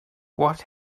what